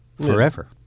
forever